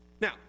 Now